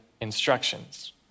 instructions